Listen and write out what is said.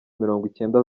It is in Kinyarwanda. mirongwicyenda